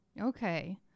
Okay